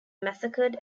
massacred